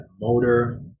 motor